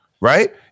right